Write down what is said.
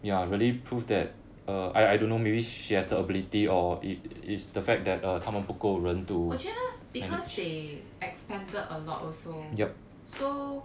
我觉得 because they expanded a lot also so